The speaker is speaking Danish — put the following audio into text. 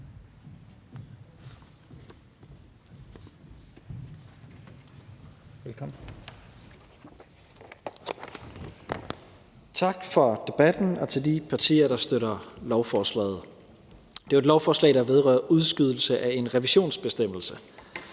Tak for debatten, og tak til de partier, der støtter lovforslaget. Det er jo et lovforslag, der vedrører udskydelse af en revisionsbestemmelse.